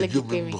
על בסיס מה?